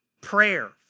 prayer